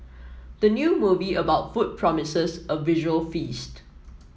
the new movie about food promises a visual feast